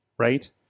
Right